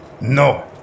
No